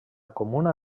comuna